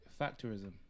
factorism